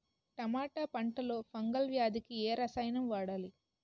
టమాటా పంట లో ఫంగల్ వ్యాధికి ఏ రసాయనం వాడాలి?